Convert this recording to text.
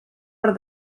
per